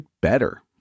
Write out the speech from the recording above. better